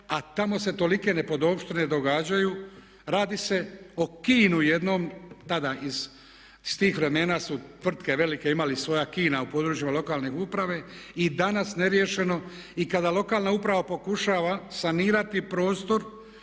a tamo se tolike nepodopštine događaju. Radi se o kinu jednom tada iz tih vremena su tvrtke velike imale svoja kina u područjima lokalne uprave i danas neriješeno. I kada lokalna uprava pokušava sanirati prostor